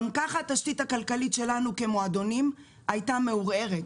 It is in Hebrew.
גם ככה התשתית הכלכלית שלנו כמועדונים הייתה מעורערת,